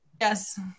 Yes